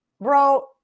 bro